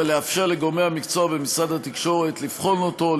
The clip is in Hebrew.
אבל לאפשר לגורמי המקצוע במשרד התקשורת לבחון אותו,